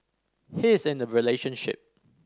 he is in a relationship